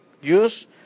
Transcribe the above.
use